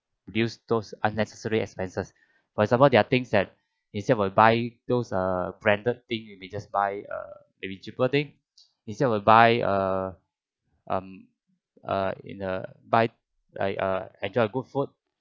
reduce those unnecessary expenses for example they are things that instead of buy those uh branded thing you may just buy err maybe cheaper thing instead of buy uh um uh in a buy I err enjoy good food